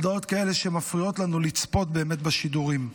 הודעות כאלה שמפריעות לנו לצפות בשידורים.